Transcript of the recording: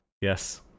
Yes